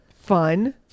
Fun